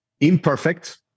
imperfect